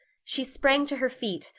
she sprang to her feet,